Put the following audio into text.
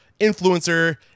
influencer